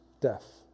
death